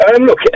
Look